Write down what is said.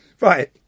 Right